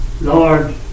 Lord